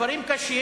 אלה דברים קשים,